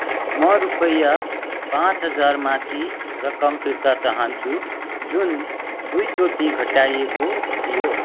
म रुपैयाँ पाँच हजार माथि रकम फिर्ता चाहन्छु जुन दुईचोटि घटाइएको थियो